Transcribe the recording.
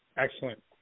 Excellent